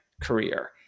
career